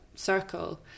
circle